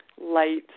light